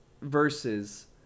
verses